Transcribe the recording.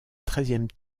treizième